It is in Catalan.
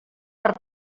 per